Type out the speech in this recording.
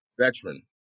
veteran